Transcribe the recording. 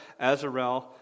Azarel